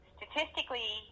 Statistically